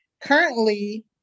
currently